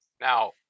now